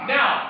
Now